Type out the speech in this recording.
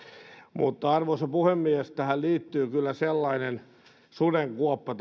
mutta arvoisa puhemies tähän lomautuspäätökseen liittyy kyllä sellainen sudenkuoppa